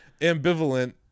ambivalent